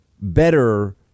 better